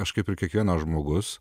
aš kaip ir kiekvienas žmogus